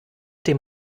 dem